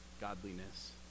godliness